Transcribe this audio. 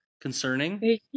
Concerning